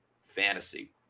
Fantasy